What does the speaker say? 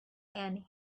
and